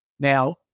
Now